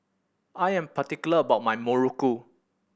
I am particular about my muruku